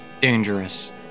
dangerous